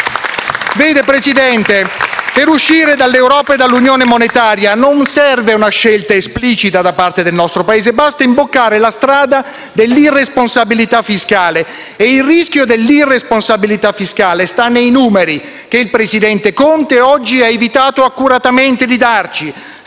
dal Gruppo PD)*. Per uscire dall'Europa e dall'unione monetaria non serve una scelta esplicita da parte del nostro Paese, basta imboccare la strada dell'irresponsabilità fiscale e il rischio dell'irresponsabilità fiscale sta nei numeri che il presidente Conte ha evitato accuratamente di darci,